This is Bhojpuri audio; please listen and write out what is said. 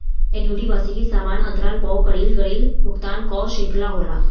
एन्युटी वार्षिकी समान अंतराल पअ कईल गईल भुगतान कअ श्रृंखला होला